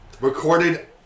recorded